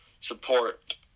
support